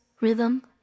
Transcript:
rhythm